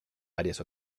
varias